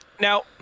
Now